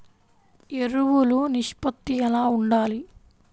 ఎరువులు నిష్పత్తి ఎలా ఉండాలి?